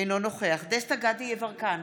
אינו נוכח דסטה גדי יברקן,